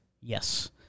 Yes